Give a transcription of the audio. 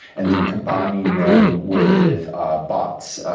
and then combining them with ah bots,